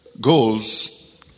goals